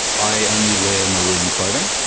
i only wear maroon clothing.